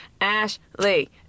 Ashley